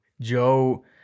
Joe